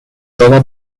toda